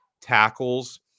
tackles